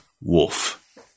wolf